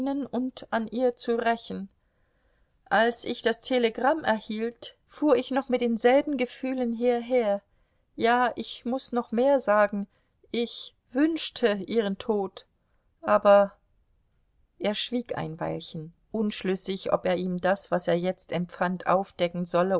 und an ihr zu rächen als ich das telegramm erhielt fuhr ich noch mit denselben gefühlen hierher ja ich muß noch mehr sagen ich wünschte ihren tod aber er schwieg ein weilchen unschlüssig ob er ihm das was er jetzt empfand aufdecken solle